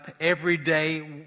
everyday